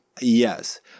yes